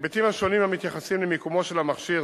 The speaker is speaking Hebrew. ההיבטים השונים המתייחסים למיקומו של המכשיר,